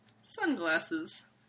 Sunglasses